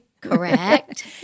correct